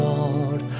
Lord